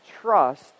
Trust